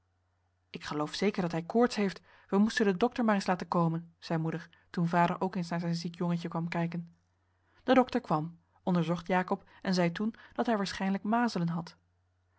ik geloof zeker dat hij koorts heeft we moesten den dokter maar eens laten komen zei moeder toen vader ook eens naar zijn ziek jongentje kwam kijken de dokter kwam onderzocht jacob en zei toen dat hij waarschijnlijk henriette van